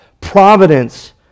providence